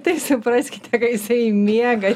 tai supraskite kad jisai miega